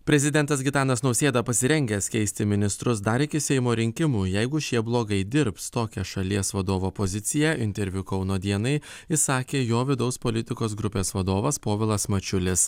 prezidentas gitanas nausėda pasirengęs keisti ministrus dar iki seimo rinkimų jeigu šie blogai dirbs tokią šalies vadovo poziciją interviu kauno dienai išsakė jo vidaus politikos grupės vadovas povilas mačiulis